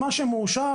מה שמאושר,